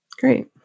Great